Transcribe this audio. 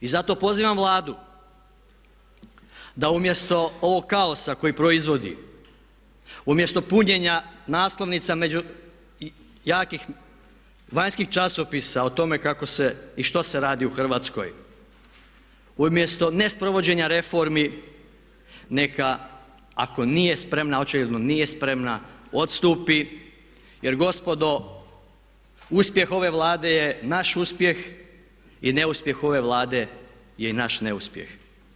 I zato pozivam Vladu da umjesto ovog kaosa koji proizvodi, umjesto punjenja naslovnica jakih vanjskih časopisa o tome kako se i što se radi u Hrvatskoj, umjesto ne provođenja reformi neka ako nije spremna, a očigledno nije spremna, odstupi jer gospodo uspjeh ove Vlade je naš uspjeh i neuspjeh ove Vlade je i naš neuspjeh.